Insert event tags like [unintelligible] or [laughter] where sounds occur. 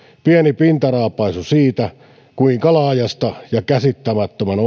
pieni pintaraapaisu siitä kuinka laajasta [unintelligible] [unintelligible] [unintelligible] ongelmasta ja käsittämättömän [unintelligible]